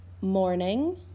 Morning